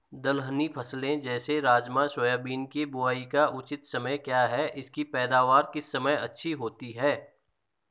दलहनी फसलें जैसे राजमा सोयाबीन के बुआई का उचित समय क्या है इसकी पैदावार किस समय अच्छी होती है?